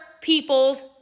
people's